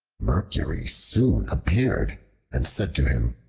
mercury soon appeared and said to him,